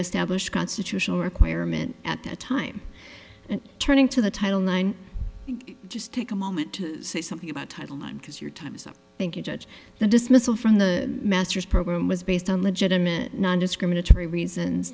established constitutional requirement at the time and turning to the title nine just take a moment to say something about title nine because your time is up thank you judge the dismissal from the master's program was based on legitimate nondiscriminatory reasons